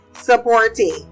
supporting